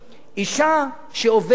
אשה שעובדת